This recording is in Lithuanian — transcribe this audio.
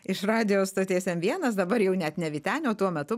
iš radijo stoties m vienas dabar jau net ne vytenio tuo metu